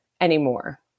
anymore